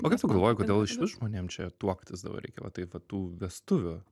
o kaip tu galvoji kodėl iš vis žmonėm čia tuoktis dabar reikia va taip va tų vestuvių